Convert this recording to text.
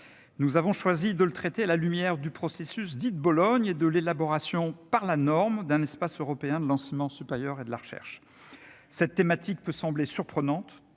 nous avons choisi de le traiter à la lumière du processus dit de Bologne et de l'élaboration par la norme d'un espace européen de lancement supérieur et de la recherche, cette thématique peut sembler surprenante